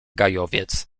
gajowiec